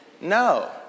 No